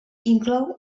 inclou